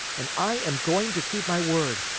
and i am going to keep my word.